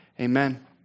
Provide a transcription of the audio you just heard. Amen